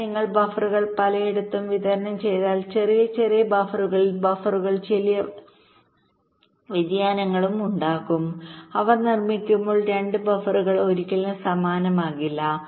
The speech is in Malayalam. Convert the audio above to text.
എന്നാൽ നിങ്ങൾ ബഫറുകൾ പലയിടത്തും വിതരണം ചെയ്താൽ ചെറിയ ചെറിയ ബഫറുകളിൽ ബഫറുകളിൽ ചെറിയ വ്യതിയാനങ്ങളും ഉണ്ടാകും അവ നിർമ്മിക്കുമ്പോൾ 2 ബഫറുകൾ ഒരിക്കലും സമാനമാകില്ല